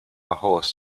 horse